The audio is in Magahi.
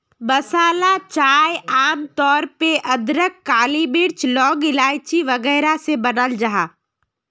मसाला चाय आम तौर पे अदरक, काली मिर्च, लौंग, इलाइची वगैरह से बनाल जाहा